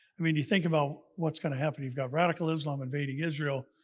i mean you think about what is going to happen. you have radical islam invading israel.